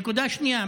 נקודה שנייה.